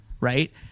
right